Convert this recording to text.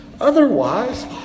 Otherwise